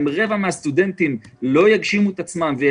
אם רבע מהסטודנטים לא יגשימו את עצמם והם